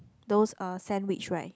those uh sandwich right